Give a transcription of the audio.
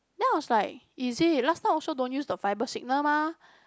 then I was like is it last time also don't use the fibre signal mah